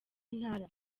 ntara